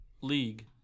League